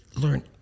learn